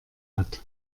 hat